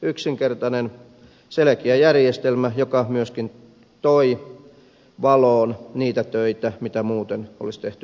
yksinkertainen selkeä järjestelmä joka myöskin toi valoon niitä töitä mitä muuten olisi tehty pimeänä